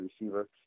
receiver